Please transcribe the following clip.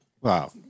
Wow